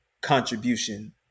contribution